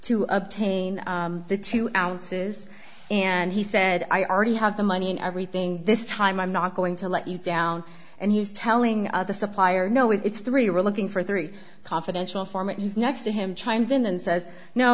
to obtain the two ounces and he said i already have the money and everything this time i'm not going to let you down and he's telling the supplier no it's three we're looking for three confidential informant is next to him chimes in and says no